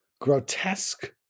grotesque